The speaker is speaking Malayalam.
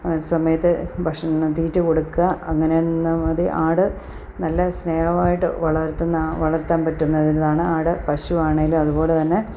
സമയത്ത് ഭക്ഷണം തീറ്റ കൊടുക്കാൻ അങ്ങനെ നിന്നാൽ മതി ആട് നല്ല സ്നേഹമായിട്ട് വളർത്തുന്നത് വളർത്താൻ പറ്റുന്ന ഒരു ഇതാണ് ആട് പശുവാണെങ്കിലും അതുപോലെ തന്നെ